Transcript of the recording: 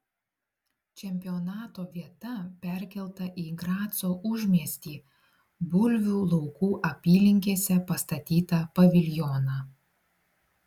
čempionato vieta perkelta į graco užmiestį bulvių laukų apylinkėse pastatytą paviljoną